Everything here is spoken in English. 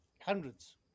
hundreds